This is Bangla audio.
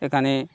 এখানে